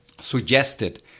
suggested